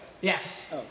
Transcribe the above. Yes